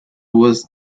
was